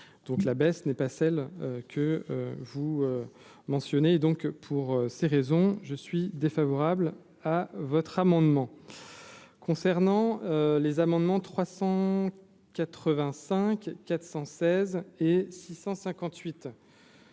donc la baisse n'est pas celle que vous mentionnez donc pour ces raisons je suis défavorable à votre amendement concernant les amendements 385 416 et 658